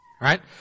Right